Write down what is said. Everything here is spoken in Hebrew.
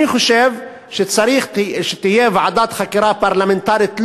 אני חושב שצריכה להיות ועדת חקירה פרלמנטרית,